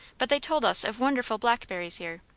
but they told us of wonderful blackberries here,